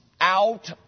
out